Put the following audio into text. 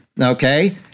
Okay